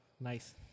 nice